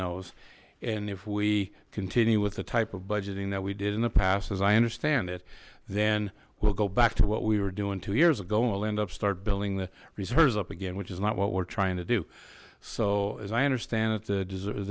those and if we continue with the type of budgeting that we did in the past as i understand it then we'll go back to what we were doing two years ago and will end up start building the reserves up again which is not what we're trying to do so as i understand it the deserve